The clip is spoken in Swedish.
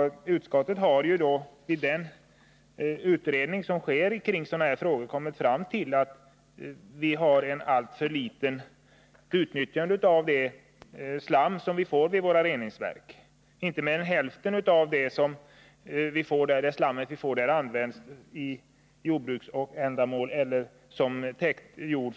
Jordbruksutskottet har i den utredning som sker om sådana här frågor kommit fram till att det är ett alltför litet utnyttjande av det slam vi får i våra reningsverk. Inte mer än hälften av det slammet används för jordbruksändamål eller som täckjord